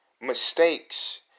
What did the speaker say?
mistakes